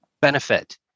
benefit